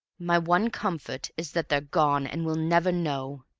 my one comfort is that they're gone, and will never know.